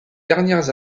dernières